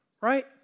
right